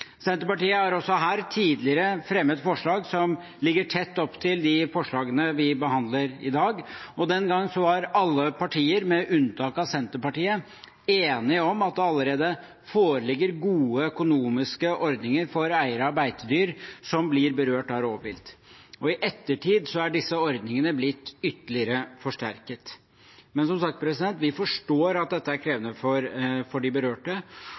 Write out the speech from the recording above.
Senterpartiet har også her tidligere fremmet forslag som ligger tett opptil de forslagene vi behandler i dag. Den gangen var alle partier, med unntak av Senterpartiet, enige om at det allerede foreligger gode økonomiske ordninger for eiere av beitedyr som blir berørt av rovvilt. I ettertid er disse ordningene blitt ytterligere forsterket. Men, som sagt, vi forstår at dette er krevende for de berørte.